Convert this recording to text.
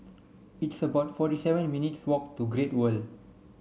it's about forty seven minutes' walk to Great World